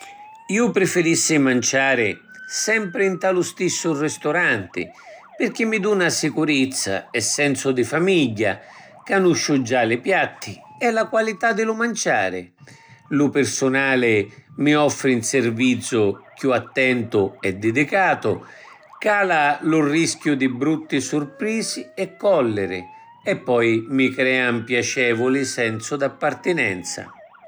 Ju prifirissi manciari sempri nta lu stissu risturanti pirchì mi duna sicurizza e sensu di famigghia. Canusciu già li piatti e la qualità di lu manciari. Lu pirsunali mi offri ‘n sirvizzu chiù attentu e didicatu. Cala lu rischiu di brutti surprisi e colliri. E poi mi crea ‘n piacevuli sensu d’appartinenza.